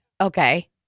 Okay